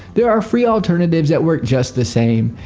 there are free alternatives that work just the same.